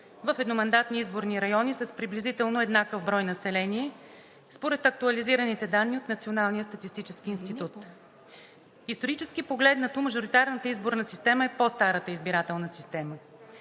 в едномандатни изборни райони с приблизително еднакъв брой население според актуализираните данни от Националния статистически институт. Исторически погледнато, мажоритарната изборна система е по-старата избирателна система.